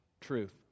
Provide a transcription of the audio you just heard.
truth